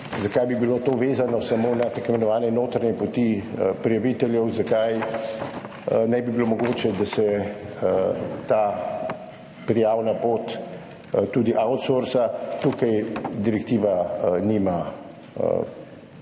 zakaj bi bilo to vezano samo na tako imenovane notranje poti prijaviteljev, zakaj ne bi bilo mogoče, da se ta prijavna pot tudi outsourca. Tukaj direktiva ne